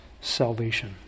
salvation